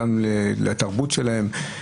גם לתרבות שלהם,